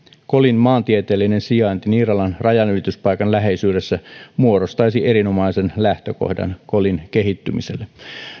kolin maantieteellinen sijainti niiralan rajanylityspaikan läheisyydessä muodostaisi erinomaisen lähtökohdan kolin kehittymiselle